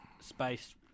space